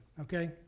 Okay